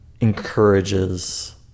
encourages